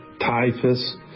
typhus